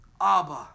Abba